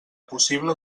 possible